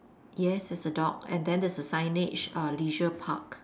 yes there's a dog and then there's a signage uh Leisure Park